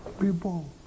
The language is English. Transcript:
people